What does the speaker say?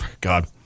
God